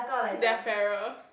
they are fairer